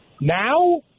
Now